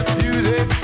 music